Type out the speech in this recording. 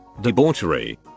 debauchery